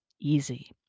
easy